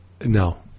no